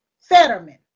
Fetterman